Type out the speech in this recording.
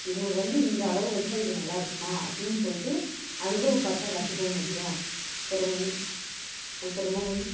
இவங்களுக்கு வந்து இந்த அளவு வெச்சா இது நல்லா இருக்குமா அப்படின்னு சொல்லிட்டு அனுபவம் பார்த்துதான் கற்றுக்க முடியும் அப்புறம் அப்புறமா வந்து